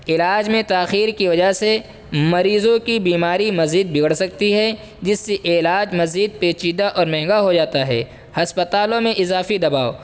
علاج میں تاخیر کی وجہ سے مریضوں کی بیماری مزید بگڑ سکتی ہے جس سے علاج مزید پیچیدہ اور مہنگا ہو جاتا ہے ہسپتالوں میں اضافی دباؤ